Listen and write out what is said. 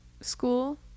school